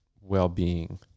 well-being